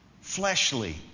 fleshly